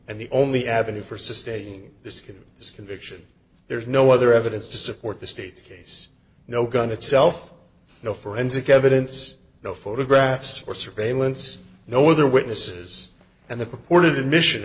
and the only avenue for sustain this kid is conviction there's no other evidence to support the state's case no gun itself no forensic evidence no photographs or surveillance no other witnesses and the purported admission